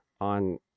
on